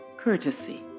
courtesy